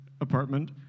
apartment